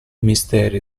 misteri